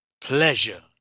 pleasure